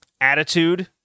attitude